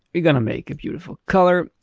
we're going to make a beautiful color.